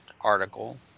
article